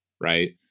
Right